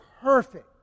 perfect